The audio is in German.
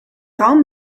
raum